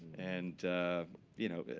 and you know,